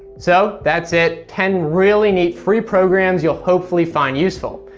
so, that's it ten really neat free programs you will hopefully find useful.